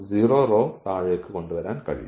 0 row താഴേക്ക് കൊണ്ടുവരാൻ കഴിയും